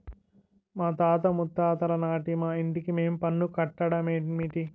మాతాత ముత్తాతలనాటి మా ఇంటికి మేం పన్ను కట్టడ మేటి